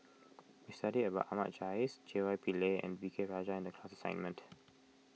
we studied about Ahmad Jais J Y Pillay and V K Rajah in the class assignment